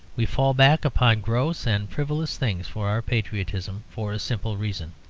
we fall back upon gross and frivolous things for our patriotism, for a simple reason.